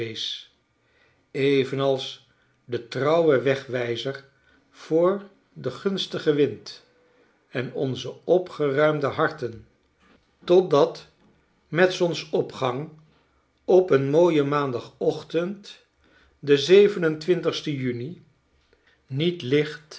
evenals detrouwe wegwrjzer voor den gunstigen wind en onze opgeruimde harten totdat met zonsopgang op eenmooien maandag ochtend den zeven en twintigsten juni niet licht